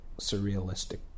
surrealistic